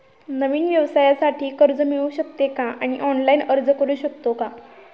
नवीन व्यवसायासाठी कर्ज मिळू शकते का आणि ऑनलाइन अर्ज करू शकतो का?